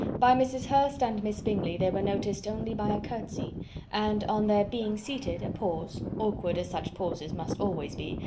by mrs. hurst and miss bingley they were noticed only by a curtsey and, on their being seated, a pause, awkward as such pauses must always be,